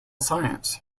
science